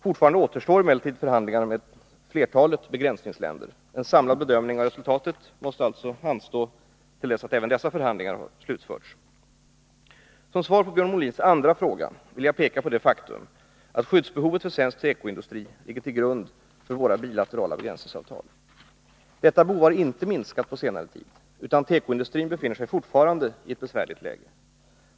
Fortfarande återstår emellertid förhandlingar med flertalet begränsningsländer. En samlad bedömning av resultatet måste följaktligen anstå tills även dessa förhandlingar slutförts. Som svar på Björn Molins andra fråga vill jag peka på det faktum att skyddsbehovet för svensk tekoindustri ligger till grund för våra bilaterala begränsningsavtal. Detta behov har inte minskat på senare tid, utan tekoindustrin befinner sig fortfarande i ett besvärligt läge.